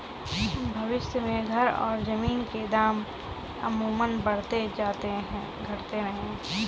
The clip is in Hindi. भविष्य में घर और जमीन के दाम अमूमन बढ़ जाते हैं घटते नहीं